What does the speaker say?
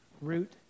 root